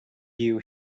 you